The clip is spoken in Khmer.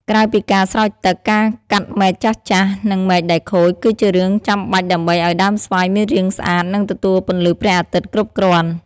ក្រៅពីការស្រោចទឹក ការកាត់មែកចាស់ៗ និងមែកដែលខូច គឺជារឿងចាំបាច់ដើម្បីឲ្យដើមស្វាយមានរាងស្អាត និងទទួលពន្លឺព្រះអាទិត្យគ្រប់គ្រាន់។